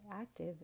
active